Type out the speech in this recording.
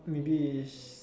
maybe